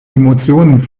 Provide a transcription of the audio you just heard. emotionen